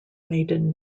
maiden